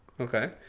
Okay